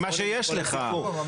מה שיש לך.